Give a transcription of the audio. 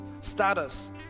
status